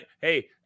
hey